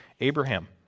Abraham